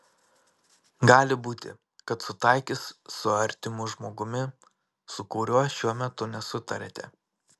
gali būti kad sutaikys su artimu žmogumi su kuriuo šiuo metu nesutariate